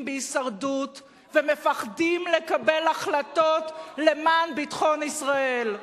בהישרדות ומפחדים לקבל החלטות למען ביטחון ישראל.